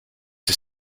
the